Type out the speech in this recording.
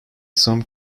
some